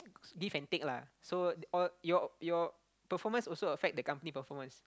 give and take lah so all your your performance also affect the company performance